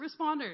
responders